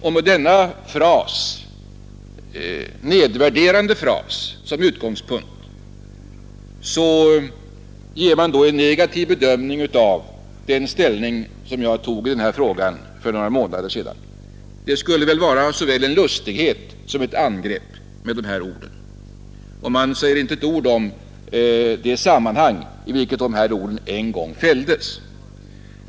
Med denna nedvärderande fras som utgångspunkt gör man en negativ bedömning av den ställning som jag tog i denna fråga för några månader sedan. Orden var väl avsedda att vara såväl en lustighet som ett angrepp, men man säger inte ett ord om i vilket sammanhang de en gång fälldes.